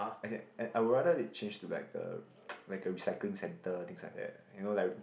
as in I would rather they change to like the ppo like a recycling centre things like that you know like